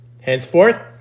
Henceforth